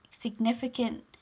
significant